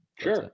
Sure